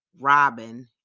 Robin